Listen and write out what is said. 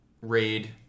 raid